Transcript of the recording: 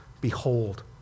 Behold